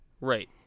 Right